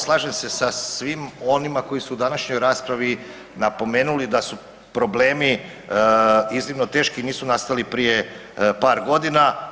Slažem se sa svim onima koji su u današnjoj raspravi napomenuli da su problemi iznimno teški i nisu nastali prije par godina.